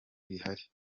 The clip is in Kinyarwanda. rihari